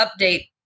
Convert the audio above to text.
update